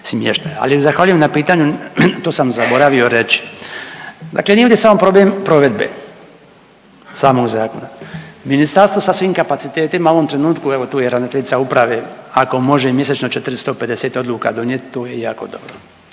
Ali zahvaljujem na pitanju, to sam zaboravio reći. Dakle, nije ovdje samo problem provedbe samog zakona, ministarstvo sa svim kapacitetima u ovom trenutku, evo tu je i ravnateljica uprave ako mjesečno i 450 odluka donijet to je jako dobro,